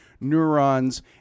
neurons